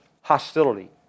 hostility